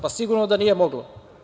Pa, sigurno da nije moglo.